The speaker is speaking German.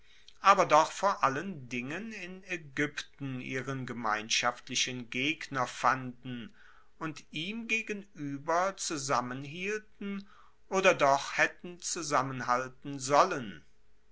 aber doch vor allen dingen in aegypten ihren gemeinschaftlichen gegner fanden und ihm gegenueber zusammenhielten oder doch haetten zusammenhalten sollen